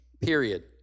period